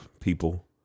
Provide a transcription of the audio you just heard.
people